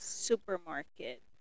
supermarket